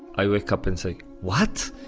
i wake up and say what?